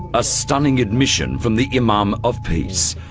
a stunning admission from the imam of peace,